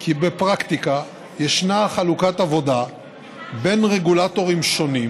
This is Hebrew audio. כי בפרקטיקה ישנה חלוקת עבודה בין רגולטורים שונים,